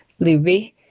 Luby